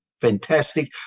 fantastic